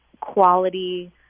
quality